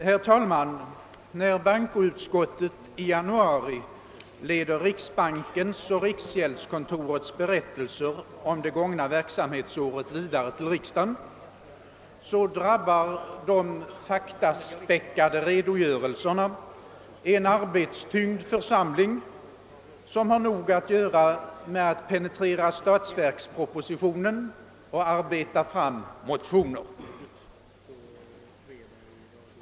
Herr talman! När bankoutskottet i januari leder riksbankens och riksgäldskontorets berättelser om det gångna verksamhetsåret vidare till riksdagen drabbar de faktaspäckade redogörelserna en arbetstyngd församling, som har nog att göra med att penetrera stats verkspropositionen och arbeta fram motioner.